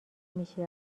میشی